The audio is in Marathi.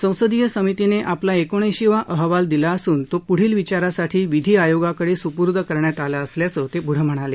संसदीय समितीने आपला एकोणाऐंशी वा अहवाल दिला असून तो पुढील विचारासाठी विधी आयोगाकडे सुपूर्द करण्यात आला असल्याचं ते पुढं म्हणाले